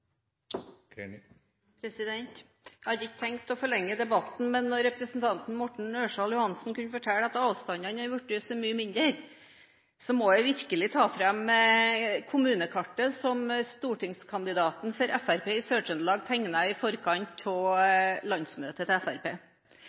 Jeg hadde ikke tenkt å forlenge debatten, men når representanten Morten Ørsal Johansen kunne fortelle at avstandene har blitt så mye mindre, må jeg virkelig ta fram kommunekartet som stortingskandidaten fra Fremskrittspartiet i